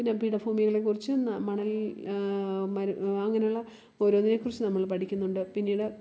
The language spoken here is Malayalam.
പിന്നെ പീഠഭൂമികളെക്കുറിച്ചും മണൽ അങ്ങനെയുള്ള ഓരോന്നിനെക്കുറിച്ചും നമ്മൾ പഠിക്കുന്നുണ്ട് പിന്നീട്